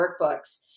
workbooks